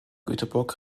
göteborg